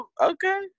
okay